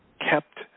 kept